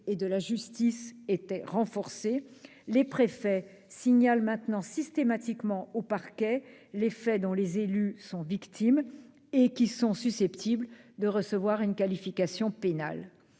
et de la justice était renforcée : les préfets signalent désormais systématiquement au parquet les faits dont les élus sont victimes et qui sont susceptibles de recevoir une qualification pénale.